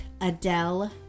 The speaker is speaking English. Adele